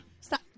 Stop